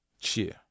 Cheer